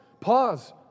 Pause